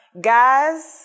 guys